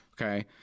okay